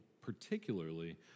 particularly